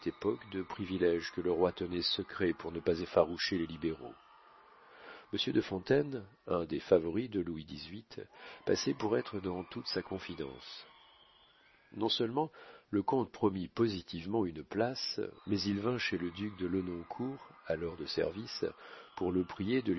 de priviléges que le roi tenait secrets pour ne pas effaroucher les libéraux monsieur de fontaine un des favoris de louis xviii passait pour être dans toute sa confidence non-seulement le comte promit positivement une place mais il vint chez le duc de